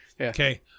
Okay